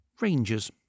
Rangers